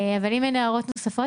אבל אם אין הערות נוספות,